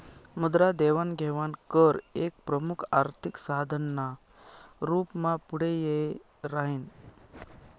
मुद्रा देवाण घेवाण कर एक प्रमुख आर्थिक साधन ना रूप मा पुढे यी राह्यनं